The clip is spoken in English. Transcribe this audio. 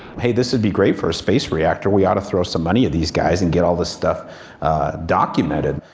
hey, this would be a great for a space reactor we ought to throw some money at these guys and get all this stuff documented.